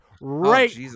right